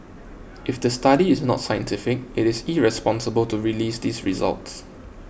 if the study is not scientific it is irresponsible to release these results